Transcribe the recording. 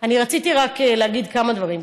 אני רציתי רק להגיד כמה דברים,